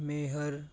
ਮੇਹਰ